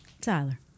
Tyler